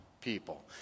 people